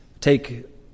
Take